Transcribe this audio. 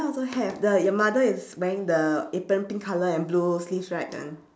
also have the the mother is wearing the apron pink colour and blue sleeves right that one